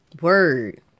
Word